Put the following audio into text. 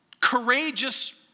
courageous